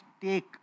take